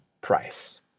price